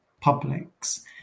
publics